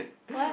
what